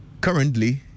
Currently